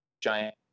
Giant